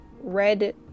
red